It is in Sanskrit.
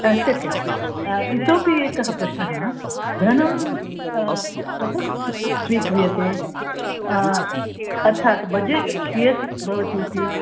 शक्यते इतोपि एकः प्रश्नः धनं कथं स्वीक्रियते अर्थात् बजेट् कियत् भवति इति